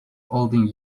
holding